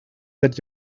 that